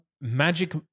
magic